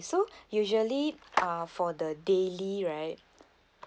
so usually uh for the daily right